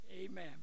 Amen